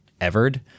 evered